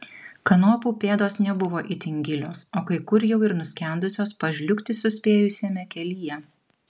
kanopų pėdos nebuvo itin gilios o kai kur jau ir nuskendusios pažliugti suspėjusiame kelyje